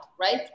right